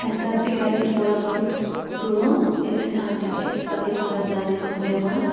اسہِ حظ پیٚیہِ گرِ تھوڑا بہت کٲم یۄس اسہِ آنٹی چھِ سۄ گٔیۍ تھوڑا زیادٕے پہم بٮ۪مار